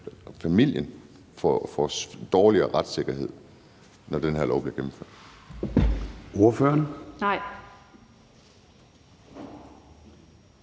at familien får en dårligere retssikkerhed, når den her lov bliver gennemført?